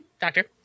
Doctor